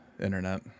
internet